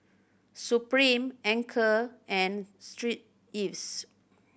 Supreme Anchor and Street Ives